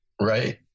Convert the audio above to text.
Right